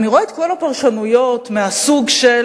אני רואה את כל הפרשנויות מהסוג של: